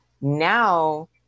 now